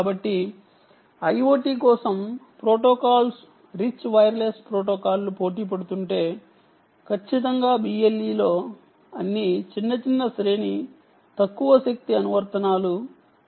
కాబట్టి IoT కోసం protocols మెరుగైన వైర్లెస్ ప్రోటోకాల్ లు పోటీ లో ఖచ్చితంగా BLE లో అన్ని చిన్న శ్రేణి తక్కువ శక్తి అనువర్తనాలకు పెద్ద పోటీ ఇస్తుంది